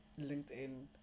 LinkedIn